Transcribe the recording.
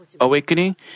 awakening